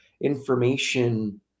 information